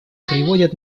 приводят